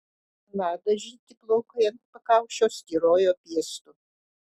chna dažyti plaukai ant pakaušio styrojo piestu